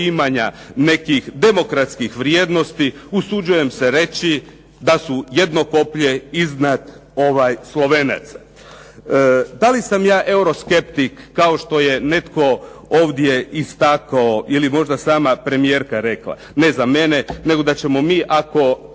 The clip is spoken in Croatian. nekih demokratskih vrijednosti, usuđujem se reći da su jedno koplje iznad Slovenaca. Da li sam ja euroskeptik kao što je netko ovdje istakao ili možda sama premijerka rekla? Ne za mene, nego da ćemo mi ako